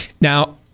Now